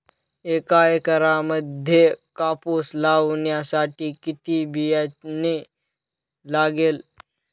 एका एकरामध्ये कापूस लावण्यासाठी किती बियाणे लागेल?